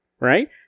right